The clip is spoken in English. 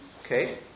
Okay